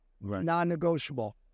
non-negotiable